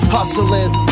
Hustling